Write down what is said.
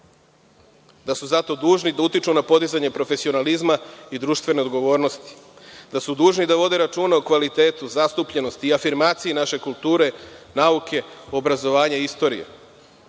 da su zato dužni da utiču na podizanje profesionalizma i društvene odgovornosti, da su dužni da vode računa o kvalitetu, zastupljenosti i afirmaciji naše kulture, nauke, obrazovanja i istorije,